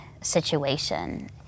situation